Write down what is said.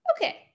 Okay